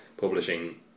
publishing